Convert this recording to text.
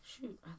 shoot